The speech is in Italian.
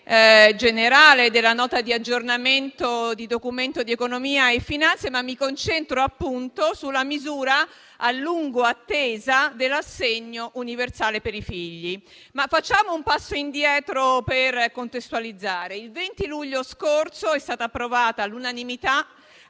generale della Nota di aggiornamento del Documento di economia e finanza, ma mi concentro sulla misura, a lungo attesa, dell'assegno universale per i figli. Facciamo un passo indietro per contestualizzare il tutto. Il 20 luglio scorso è stata approvata all'unanimità